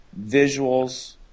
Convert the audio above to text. visuals